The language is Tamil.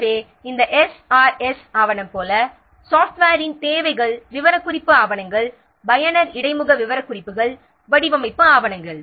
எனவே இந்த எஸ்ஆர்எஸ் ஆவணம் போல சாப்ட்வேரின் தேவைகள் விவரக்குறிப்பு ஆவணங்கள் பயனர் இடைமுக விவரக்குறிப்புகள் வடிவமைப்பு ஆவணங்கள்